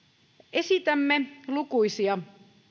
esitämme lukuisia